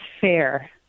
fair